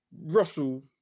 Russell